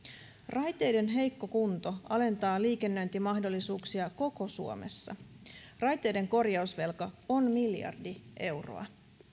raiteiden heikko kunto alentaa liikennöintimahdollisuuksia koko suomessa raiteiden korjausvelka on miljardi euroa